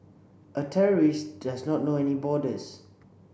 a terrorist does not know any borders